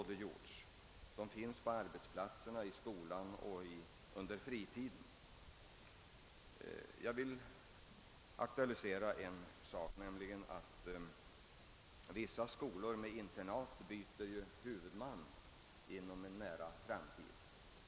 De gör sig kännbara på arbetsplatserna, i skolan och under fritiden. Jag vill aktualisera ett speciellt förhållande i detta sammanhang, nämligen att vissa skolor med internat inom en nära framtid kommer att byta huvudman.